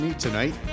Tonight